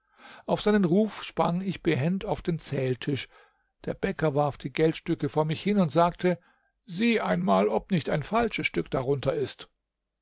auf seinen ruf sprang ich behend auf den zähltisch der bäcker warf die geldstücke vor mich hin und sagte sieh einmal ob nicht ein falsches stück darunter ist